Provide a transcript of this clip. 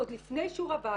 עוד לפני שהיא רואה בוועדה,